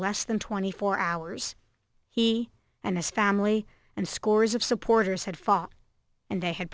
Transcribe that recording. less than twenty four hours he and his family and scores of supporters had fought and they had